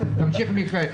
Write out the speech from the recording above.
תמשיך, מיכאל.